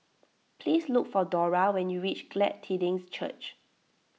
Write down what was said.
please look for Dora when you reach Glad Tidings Church